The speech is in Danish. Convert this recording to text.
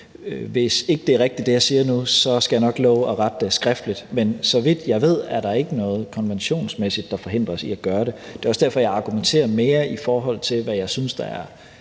Hvis det, jeg siger nu, ikke er rigtigt, skal jeg nok love at rette det skriftligt, men så vidt jeg ved, er der ikke noget konventionsmæssigt, der forhindrer os i at gøre det. Det er også derfor, jeg argumenterer mere i forhold til, hvad jeg synes der er